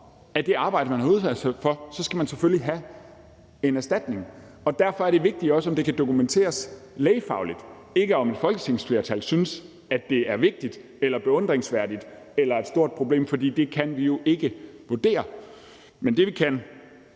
af det arbejde, man har haft, skal man selvfølgelig have en erstatning. Derfor er det vigtige også, om det kan dokumenteres lægefagligt, og ikke, om et folketingsflertal synes, at det er vigtigt, beundringsværdigt eller et stort problem, for det kan vi jo ikke vurdere. Men det, vi kan,